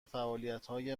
فعالیتهای